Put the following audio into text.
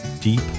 deep